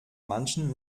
manchen